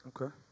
Okay